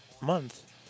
month